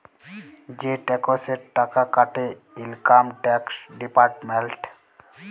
যে টেকসের টাকা কাটে ইলকাম টেকস ডিপার্টমেল্ট